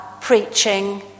preaching